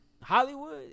Hollywood